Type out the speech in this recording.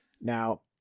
Now